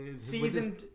seasoned